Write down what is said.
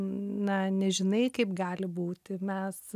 na nežinai kaip gali būti mes